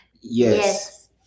Yes